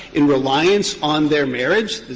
in reliance on their marriage,